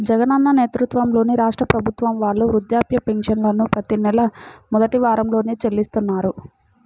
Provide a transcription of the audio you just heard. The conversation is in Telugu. జగనన్న నేతృత్వంలోని రాష్ట్ర ప్రభుత్వం వాళ్ళు వృద్ధాప్య పెన్షన్లను ప్రతి నెలా మొదటి వారంలోనే చెల్లిస్తున్నారు